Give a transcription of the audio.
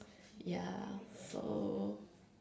ya so